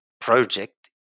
project